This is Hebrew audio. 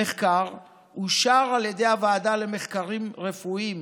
המחקר אושר על ידי הוועדה למחקרים רפואיים,